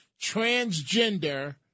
transgender